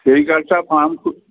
sericulture farm